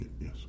Yes